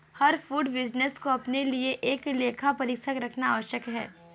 हर food business को अपने लिए एक लेखा परीक्षक रखना आवश्यक है